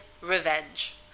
revenge